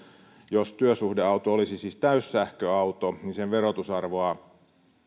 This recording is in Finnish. jos työsuhdeauto olisi siis täyssähköauto sen verotusarvoa